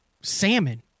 salmon